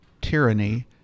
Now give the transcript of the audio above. tyranny